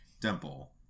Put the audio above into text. dimple